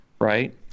Right